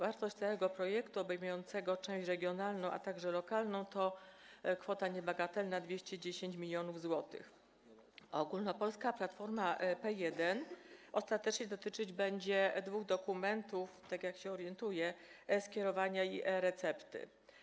Wartość całego projektu, obejmującego część regionalną, a także lokalną to kwota niebagatelna: 210 mln zł, a ogólnopolska platforma P1 ostatecznie dotyczyć będzie dwóch dokumentów, jak się orientuję: e-skierowania i e-recepty.